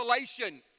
isolation